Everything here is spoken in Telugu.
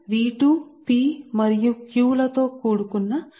అవుతాయి కానీ ఒకటి సాధ్యమయ్యేది మరొకటి సాధ్యమయ్యేది కాదుసరే